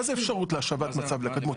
מה זה אפשרות להשבת מצב לקדמותו?